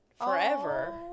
forever